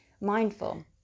mindful